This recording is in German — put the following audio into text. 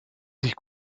sich